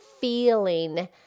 feeling